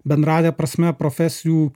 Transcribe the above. bendrąja prasme profesijų